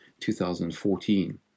2014